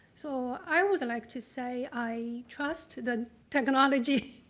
so i would like to say i trust the technology.